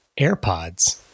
AirPods